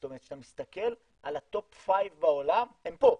זאת אומרת כשאתה מסתכל על ה-top five בעולם הם פה,